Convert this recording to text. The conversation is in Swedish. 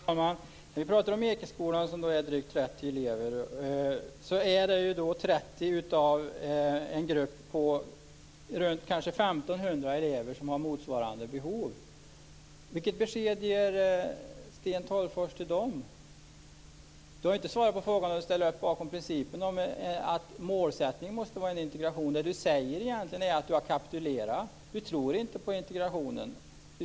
Fru talman! När vi talar om Ekeskolan som har drygt 30 elever så är det 30 av en grupp på omkring 1 500 elever som har motsvarande behov. Vilket besked ger Sten Tolgfors till dem? Han har ju inte svarat på frågan om han ställer sig bakom principen om att målsättningen måste vara en integration. Han säger egentligen att han har kapitulerat och att han inte tror på integrationen.